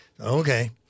Okay